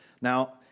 Now